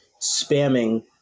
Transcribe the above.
spamming